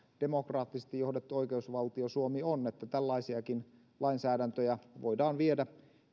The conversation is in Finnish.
demokraattisesti johdettu oikeusvaltio suomi on että tällaisiakin lainsäädäntöjä voidaan viedä